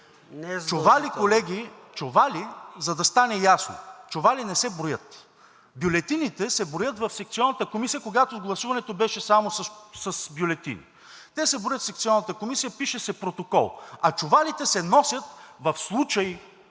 Чували, колеги – за да стане ясно – чували не се броят. Бюлетините се броят в секционната комисия, когато гласуването беше само с бюлетини. Те се броят в секционната комисия, пише се протокол. А чувалите се носят в Районната